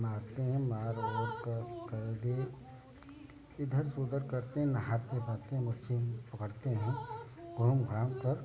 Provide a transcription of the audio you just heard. मारते हैं मार उर कर कर ले इधर से उधर करते नहाते वाते हैं मच्छी पकड़ते हैं घूम घाम कर फिर स्विमिंग पकड़ते हैं घूम घामकर